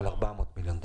400 מיליון.